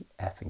effing